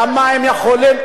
כמה הם יכולים,